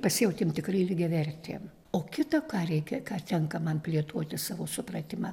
pasijautėm tikrai lygiavertėm o kita ką reikia ką tenka man plėtoti savo supratimą